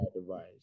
device